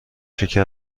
شکر